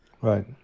Right